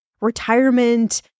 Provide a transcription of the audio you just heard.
retirement